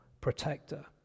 protector